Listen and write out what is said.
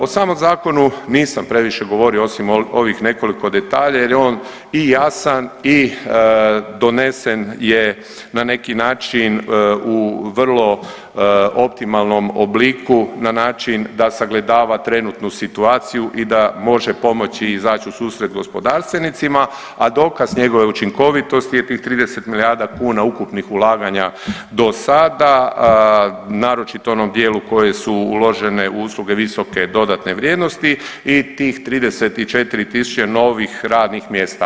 O samom zakonu nisam previše govorio osim ovih nekoliko detalja jer je on i jasan i donesen je na neki način u vrlo optimalnom obliku, na način da sagledava trenutnu situaciju i da može pomoći i izaći u susret gospodarstvenicima, a dokaz njegove učinkovitosti je tih 30 milijarda kuna ukupnih ulaganja do sada, naročito u onom dijelu koje su uložene usluge visoke dodatne vrijednosti i tih 34.000 novih radnih mjesta.